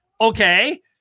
Okay